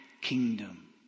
kingdom